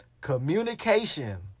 communication